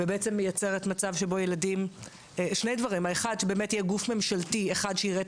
מייצרת מצב שבאמת יהיה גוף ממשלתי אחד שיראה את